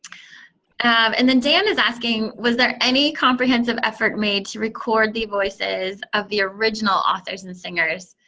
and and then dan is asking, was there any comprehensive effort made to record the voices of the original authors and singers?